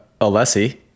Alessi